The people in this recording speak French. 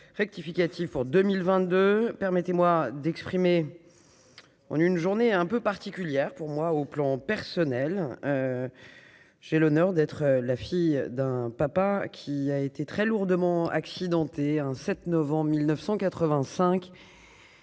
rectificative pour 2022, permettez-moi d'exprimer on une journée un peu particulière pour moi au plan personnel, j'ai l'honneur d'être la fille d'un papa qui a été très lourdement accidenté en 7 novembre 1985.